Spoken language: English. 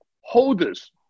holders